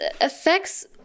affects